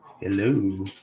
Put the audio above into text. hello